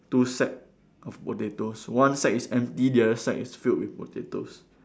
two sack of potatoes one sack is empty the other sack is filled with potatoes